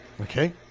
Okay